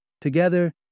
Together